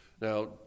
Now